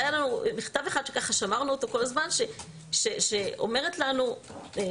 והיה לנו מכתב אחד ששמרנו אותו כל הזמן שאומרת לנו שוטרת